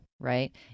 right